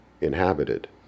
inhabited